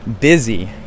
busy